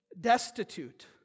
destitute